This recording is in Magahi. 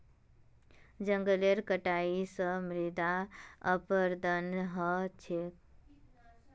जंगलेर कटाई स मृदा अपरदन ह छेक